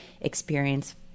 experience